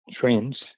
trends